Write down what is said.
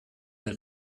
der